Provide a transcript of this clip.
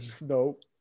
Nope